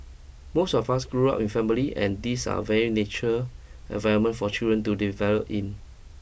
most of us grew up in family and these are very nature environment for children to develop in